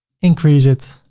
increase it